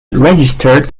registered